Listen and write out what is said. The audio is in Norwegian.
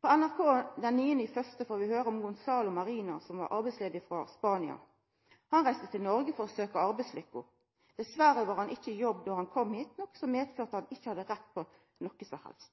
På NRK den 9. januar fekk vi høyra om Gonzalo Marina, som var arbeidsledig i Spania. Han reiste til Noreg for å søkja arbeidslykka. Dessverre var han ikkje i jobb då han kom hit, noko som medførte at han ikkje hadde rett på noko som helst.